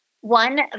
one